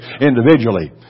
individually